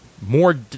more